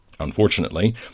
Unfortunately